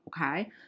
Okay